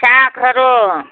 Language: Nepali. सागहरू